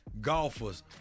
golfers